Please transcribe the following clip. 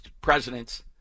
presidents